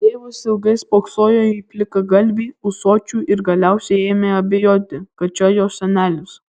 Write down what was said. tėvas ilgai spoksojo į plikagalvį ūsočių ir galiausiai ėmė abejoti kad čia jo senelis